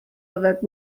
yfed